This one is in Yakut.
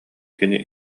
кини